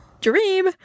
Dream